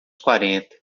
quarenta